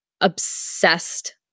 obsessed